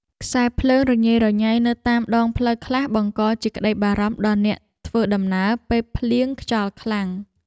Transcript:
ខ្សែភ្លើងរញ៉េរញ៉ៃនៅតាមដងផ្លូវខ្លះបង្កជាក្តីបារម្ភដល់អ្នកធ្វើដំណើរពេលភ្លៀងខ្យល់ខ្លាំង។